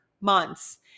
months